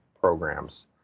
programs